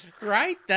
Right